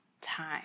time